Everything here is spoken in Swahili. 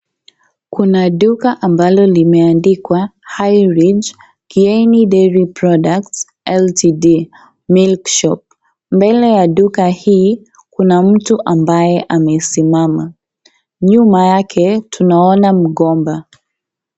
Kuna duka ambalo limeandikwa Highridge KIENI DAIRY PRODUCTS LTD milk shop mbele ya duka hii kuna mtu ambaye amesimama, nyuma yake tunaona mgomba.